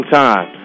time